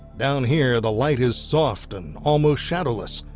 down here the light is soft and almost shadowless,